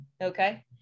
okay